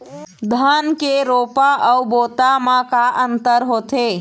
धन के रोपा अऊ बोता म का अंतर होथे?